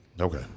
Okay